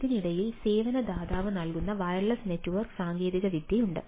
ഇതിനിടയിൽ സേവന ദാതാവ് നൽകുന്ന വയർലെസ് നെറ്റ്വർക്ക് സാങ്കേതികവിദ്യയുണ്ട്